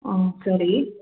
ಹಾಂ ಸರಿ